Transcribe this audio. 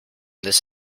this